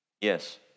Yes